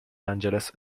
angeles